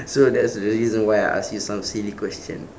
so that's the reason why I ask you some silly question